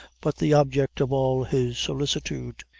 but the object of all his solicitude.